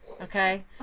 okay